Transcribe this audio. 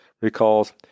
recalls